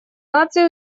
наций